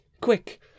Quick